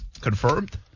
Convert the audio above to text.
Confirmed